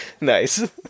Nice